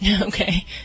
Okay